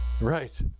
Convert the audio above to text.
Right